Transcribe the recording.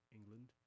England